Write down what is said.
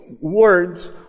Words